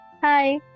Hi